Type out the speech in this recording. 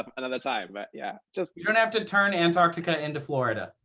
another time. but yeah, just you're gonna have to turn antarctica into florida.